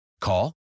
Call